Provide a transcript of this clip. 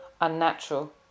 unnatural